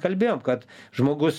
kalbėjom kad žmogus